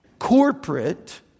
corporate